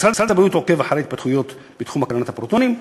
משרד הבריאות עוקב אחר התפתחויות בתחום הקרנת הפרוטונים,